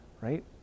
right